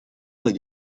other